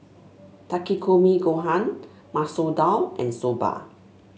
Takikomi Gohan Masoor Dal and Soba